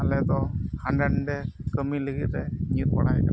ᱟᱞᱮ ᱫᱚ ᱦᱟᱸᱰᱮᱼᱱᱷᱟᱰᱮ ᱠᱟᱹᱢᱤ ᱞᱟᱹᱜᱤᱫᱞᱮ ᱧᱤᱨ ᱵᱟᱲᱟᱭ ᱠᱟᱱᱟ